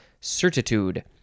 certitude